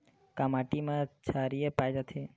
का माटी मा क्षारीय पाए जाथे?